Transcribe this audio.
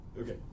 Okay